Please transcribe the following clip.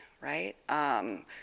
right